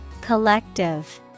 Collective